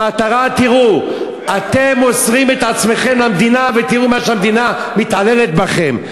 המטרה: אתם מוסרים את עצמכם למדינה ותראו איך המדינה מתעללת בכם.